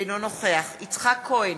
אינו נוכח יצחק כהן,